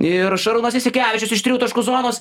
ir šarūnas jasikevičius iš trijų taškų zonos